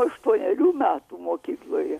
aštuonerių metų mokykloje